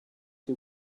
two